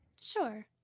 Sure